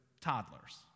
toddlers